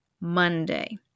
Monday